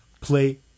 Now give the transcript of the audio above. play